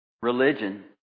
religion